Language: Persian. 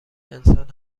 انسان